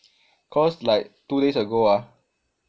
cause like two days ago ah